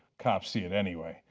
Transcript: cops see it anyway.